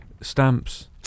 Stamps